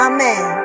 Amen